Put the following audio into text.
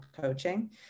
coaching